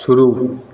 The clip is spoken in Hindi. शुरू